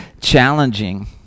challenging